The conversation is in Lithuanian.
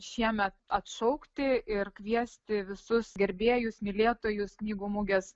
šiemet atšaukti ir kviesti visus gerbėjus mylėtojus knygų mugės